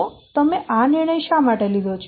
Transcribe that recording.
તો તમે આ નિર્ણય શા માટે લીધો છે